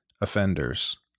offenders